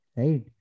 right